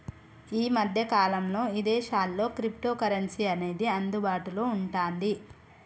యీ మద్దె కాలంలో ఇదేశాల్లో క్రిప్టోకరెన్సీ అనేది అందుబాటులో వుంటాంది